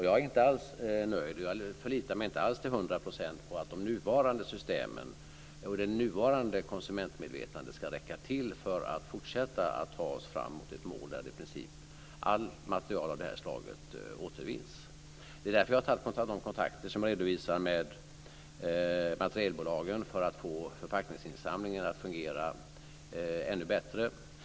Jag är inte alls nöjd, och jag förlitar mig inte alls till hundra procent på att de nuvarande systemen och det nuvarande konsumentmedvetandet ska räcka till för att fortsätta att ta oss fram mot ett mål där i princip allt material av det slaget återvinns. Det är därför vi har tagit dessa kontakter med materialbolagen för att få förpackningsinsamlingen att fungera ännu bättre.